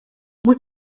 muss